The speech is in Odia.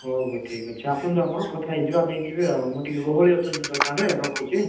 ହଉ ହଉ ଠିକ୍ ଅଛି ଆସନ୍ତୁ ଆପଣ କଥା ହେଇଯିବା ନେଇଯିବେ ଆଉ ମୁଁ ଟିକେ ଗହଳି ଅଛନ୍ତି ତ ଦୋକାନରେ ରଖୁଛି